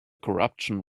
corruption